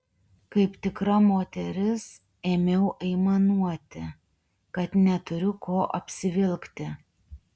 kaip tikra moteris ėmiau aimanuoti kad neturiu ko apsivilkti